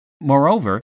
Moreover